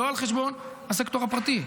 לא על חשבון הסקטור הפרטי,